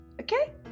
okay